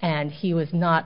and he was not